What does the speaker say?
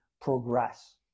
progress